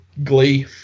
glee